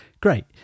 great